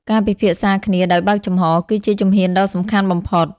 ការពិភាក្សាគ្នាដោយបើកចំហ គឺជាជំហានដ៏សំខាន់បំផុត។